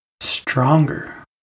stronger